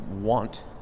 want